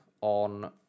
on